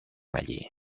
allí